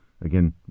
Again